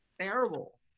terrible